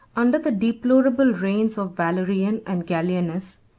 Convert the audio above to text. under the deplorable reigns of valerian and gallienus,